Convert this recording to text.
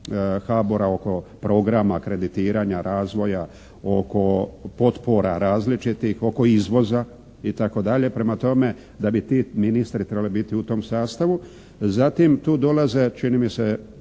HBOR-a oko programa kreditiranja razvoja oko potpora različitih oko izvoza itd. Prema tome da bi ti ministri trebali biti u tom sastavu. Zatim tu dolaze čini mi se